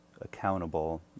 accountable